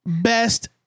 best